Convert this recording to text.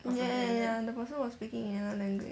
ya ya ya the person was speaking in another language